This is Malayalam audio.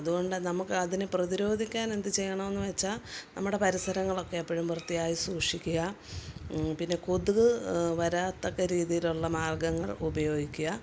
അതുകൊണ്ട് നമുക്ക് അതിന് പ്രതിരോധിക്കാനെന്ത് ചെയ്യണം എന്ന് വെച്ചാൽ നമ്മുടെ പരിസരങ്ങളൊക്കെ എപ്പഴും വൃത്തിയായി സൂക്ഷിക്കുക പിന്നെ കൊതുക് വരാത്തക്ക രീതിയിലുള്ള മാർഗ്ഗങ്ങൾ ഉപയോഗിക്കുക